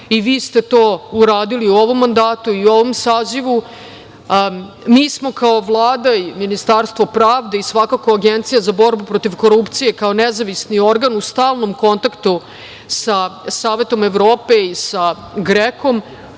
i vi ste to uradili u ovom mandatu i ovom sazivu. Mi smo kao Vlada i Ministarstvo pravde, i svakako Agencija za borbu protiv korupcije kao nezavisni organ, u stalnom kontaktu sa Savetom Evrope i sa GREKO.